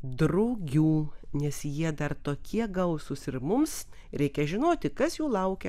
drugių nes jie dar tokie gausūs ir mums reikia žinoti kas jų laukia